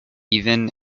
even